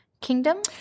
kingdom